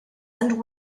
and